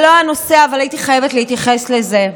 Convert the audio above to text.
זה לא הנושא, אבל הייתי חייבת להתייחס לזה.